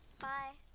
bye.